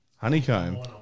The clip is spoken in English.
Honeycomb